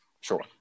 Sure